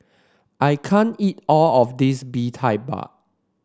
I can't eat all of this Bee Tai Mak